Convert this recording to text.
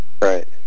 Right